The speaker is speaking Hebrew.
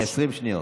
ב-20 שניות.